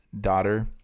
daughter